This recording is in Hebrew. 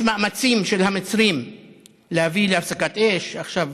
יש מאמצים של המצרים להביא להפסקת אש, עכשיו